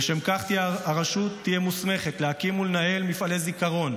לשם כך הרשות תהיה מוסמכת להקים ולנהל מפעלי זיכרון,